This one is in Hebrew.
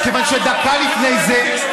דקה לפני זה,